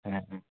হ্যাঁ হুম